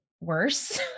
worse